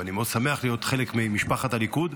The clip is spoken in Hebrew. ואני מאוד שמח להיות חלק ממשפחת הליכוד,